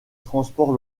transport